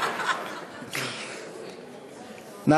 כן,